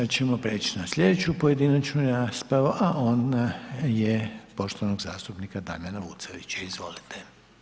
Sad ćemo prijeć na slijedeću pojedinačnu raspravu, a ona je poštovanog zastupnika Damjana Vucelića, izvolite.